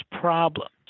problems